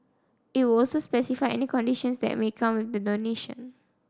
it would also specify any conditions that may come with the donation